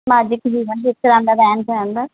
ਸਮਾਜਿਕ ਜੀਵਨ ਜਿਸ ਤਰ੍ਹਾਂ ਦਾ ਰਹਿਣ ਸਹਿਣ ਦਾ